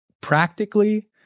Practically